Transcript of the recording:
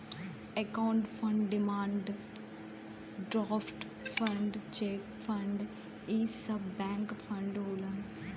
account fraud demand draft fraud cheque fraud इ सब bank fraud होलन